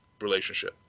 relationship